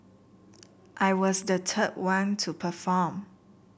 I was the third one to perform